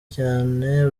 cyane